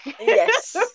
yes